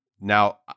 now